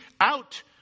out